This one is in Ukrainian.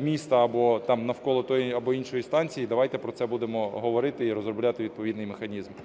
міста, або навколо тієї, або іншої станції. Давайте про це будемо говорити і розробляти відповідний механізм.